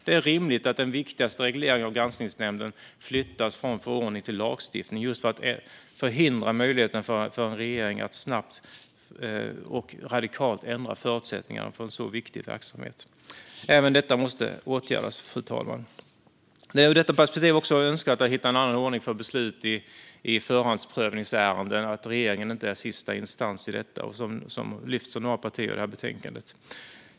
Det är rimligt att den viktigaste regleringen av granskningsnämnden flyttas från förordning till lagstiftning för att förhindra möjligheten för en regering att snabbt och radikalt ändra förutsättningarna för en så viktig verksamhet. Även detta måste åtgärdas, fru talman. Det är ur detta perspektiv också önskvärt att hitta en annan ordning för beslut i förhandsprövningsärenden och att regeringen inte är sista instans i detta, vilket lyfts av några partier i det här betänkandet.